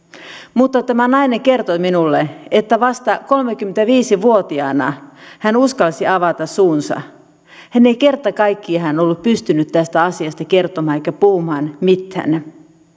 mutta tämä nainen kertoi minulle että vasta kolmekymmentäviisi vuotiaana hän uskalsi avata suunsa hän ei kerta kaikkiaan ollut pystynyt tästä asiasta kertomaan eikä puhumaan mitään tämä